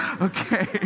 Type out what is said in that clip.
Okay